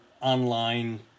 online